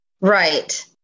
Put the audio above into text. Right